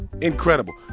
incredible